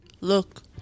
look